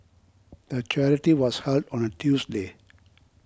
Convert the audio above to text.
the charity was held on a Tuesday